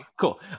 cool